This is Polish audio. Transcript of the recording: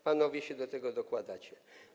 Panowie się do tego dokładacie.